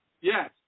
Yes